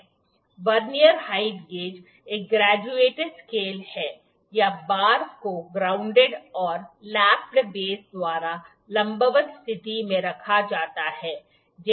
vernier height gauge एक graduated scale है या बार को ग्राउंडेड और लैप्ड बेस द्वारा लंबवत स्थिति में रखा जाता है